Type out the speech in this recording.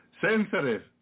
Sensitive